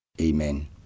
Amen